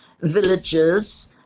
villages